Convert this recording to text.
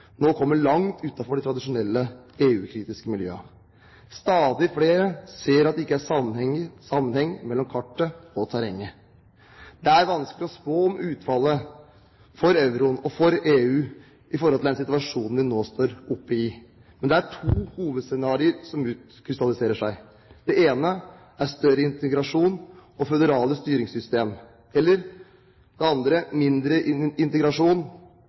nå kommer langt utenfor de tradisjonelle EU-kritiske miljøene. Stadig flere ser at det ikke er sammenheng mellom kartet og terrenget. Det er vanskelig å spå om utfallet – for euroen og for EU – av den situasjonen vi nå står oppe i, men det er to hovedscenarioer som utkrystalliserer seg. Det ene er større integrasjon og føderale styringssystemer. Det andre er mindre integrasjon